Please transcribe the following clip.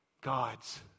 God's